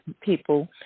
people